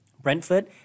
Brentford